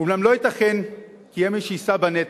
אולם לא ייתכן כי יהיה מי שיישא בנטל,